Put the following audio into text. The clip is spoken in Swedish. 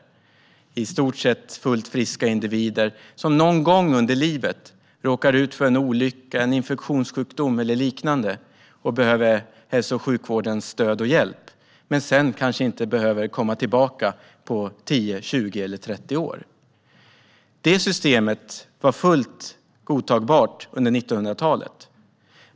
Det är i stort sett fullt friska individer som någon gång under livet råkar ut för en olycka, en infektionssjukdom eller liknande och då behöver hälso och sjukvårdens stöd och hjälp men sedan kanske inte behöver komma tillbaka på 10, 20 eller 30 år. Det systemet var fullt godtagbart under 1900-talet.